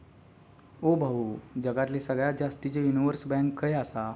ओ भाऊ, जगातली सगळ्यात जास्तीचे युनिव्हर्सल बँक खय आसा